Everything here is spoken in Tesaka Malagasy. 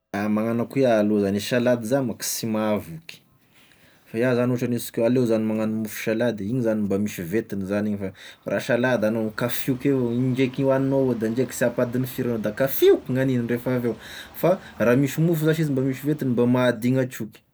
Magnano akoa e iahy aloha zany i salady zany manko sy mahavoky fa iah zany ohatra hanesika hoe aleo zany magnano mofo salady igny zany mba misy ventiny zany igny, fa raha salady anao kafioky avao indraiky hoagnignao, da indraiky sy ampatigne sira da kafioky gn'an'igny refa aveo, fa raha misy mofo zash izy mba misy ventiny mba mahadigny a troky.